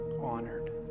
honored